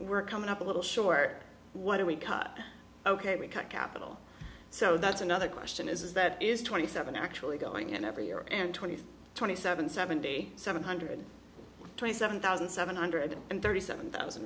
we're coming up a little short what do we cut ok we cut capital so that's another question is that is twenty seven actually going and every year and twenty twenty seven seventy seven hundred twenty seven thousand seven hundred and thirty seven thousand